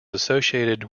associated